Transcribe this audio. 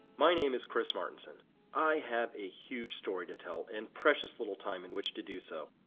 my name is chris martenson i have a huge story to tell and precious little time in which to do so.